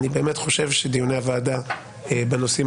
אני באמת חושב שדיוני הוועדה בנושאים